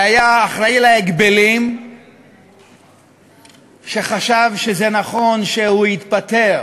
והיה האחראי להגבלים שחשב שזה נכון שהוא יתפטר